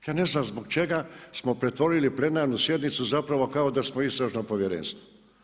Ja ne znam zbog čega smo pretvorili plenarnu sjednicu zapravo kao da smo Istražno povjerenstvo.